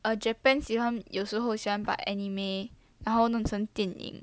uh Japan 喜欢有时候喜欢把 anime 然后弄成电影